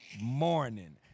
morning